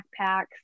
backpacks